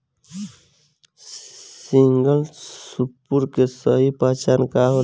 Single super के सही पहचान का होला?